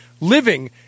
living